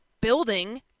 building